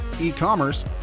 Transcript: e-commerce